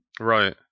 right